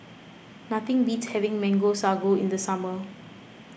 nothing beats having Mango Sago in the summer